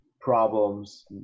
problems